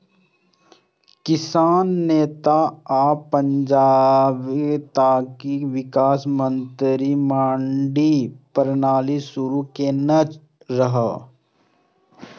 किसान नेता आ पंजाबक तत्कालीन विकास मंत्री मंडी प्रणाली शुरू केने रहै